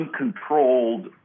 uncontrolled